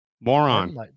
Moron